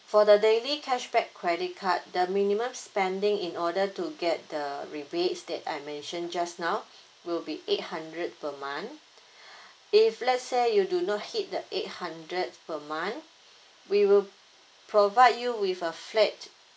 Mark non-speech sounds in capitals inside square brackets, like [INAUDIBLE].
for the daily cashback credit card the minimum spending in order to get the rebates that I mentioned just now will be eight hundred per month [BREATH] if let's say you do not hit the eight hundred per month we will provide you with a flat